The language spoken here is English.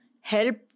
help